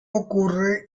ocurre